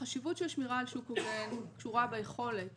החשיבות של שמירה על שוק הוגן קשורה ביכולת